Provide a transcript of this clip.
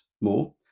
more